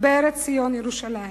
בארץ ציון, ירושלים.